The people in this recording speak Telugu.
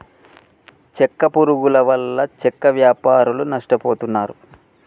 చెక్క పురుగుల వల్ల చెక్క వ్యాపారులు నష్టపోతున్నారు